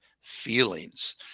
feelings